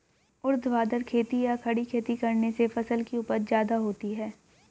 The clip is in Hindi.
ऊर्ध्वाधर खेती या खड़ी खेती करने से फसल की उपज ज्यादा होती है